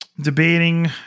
Debating